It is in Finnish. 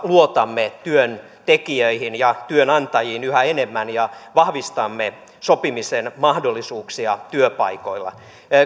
luotamme työntekijöihin ja työnantajiin yhä enemmän ja vahvistamme sopimisen mahdollisuuksia työpaikoilla